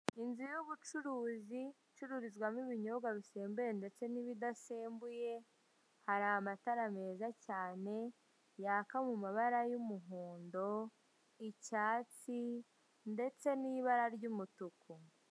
Inzu ya ubucuruzi, icururizwamo ibinyobwa bisembuye ndetse n'ibidasembuye, hari amatara meza cyane yaka mu mabara ya umuhondo, icyatsi ndetse na ibara rya umutuku.